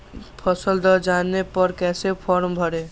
फसल दह जाने पर कैसे फॉर्म भरे?